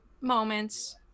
moments